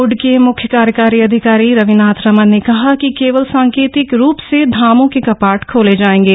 board के मुख्य कार्यकारी अधिकारी रविनाथ रमन ने कहा है कि केवल सांकेतिक रूप से धामों के कपाट खोले जाएंगे